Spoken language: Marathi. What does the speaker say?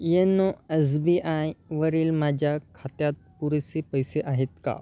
येन्नो एस बी आयवरील माझ्या खात्यात पुरेसे पैसे आहेत का का